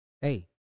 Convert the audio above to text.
hey